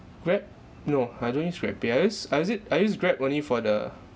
grab no I don't use grabpay I use I use it I use grab only for the